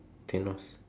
Thanos